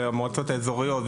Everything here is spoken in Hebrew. עם המועצות האזוריות,